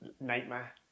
nightmare